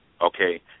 okay